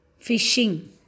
Fishing